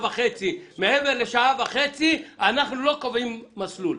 וחצי; מעבר לשעה וחצי אנחנו לא קובעים מסלול.